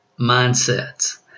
mindsets